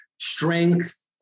strength